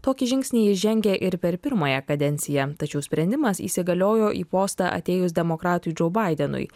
tokį žingsnį jis žengė ir per pirmąją kadenciją tačiau sprendimas įsigaliojo į postą atėjus demokratui džo baidenui